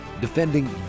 Defending